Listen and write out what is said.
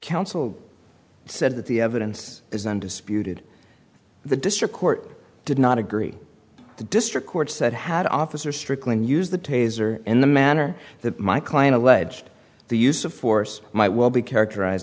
counsel said that the evidence is undisputed the district court did not agree the district court said had officer strickland use the taser in the manner that my client alleged the use of force might well be characterize